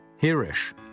Hirish